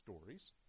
stories